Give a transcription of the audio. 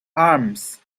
arms